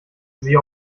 sie